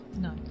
No